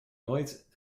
nooit